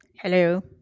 Hello